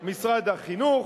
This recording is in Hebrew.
אם תקציב משרד החינוך,